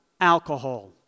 alcohol